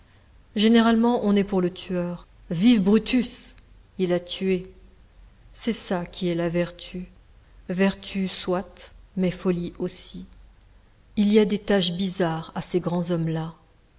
généralement on est pour le tueur vive brutus il a tué c'est ça qui est la vertu vertu soit mais folie aussi il y a des taches bizarres à ces grands hommes-là